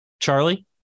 charlie